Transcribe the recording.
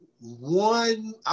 one